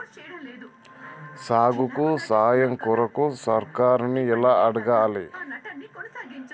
సాగుకు సాయం కొరకు సర్కారుని ఎట్ల అడగాలే?